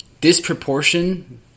disproportion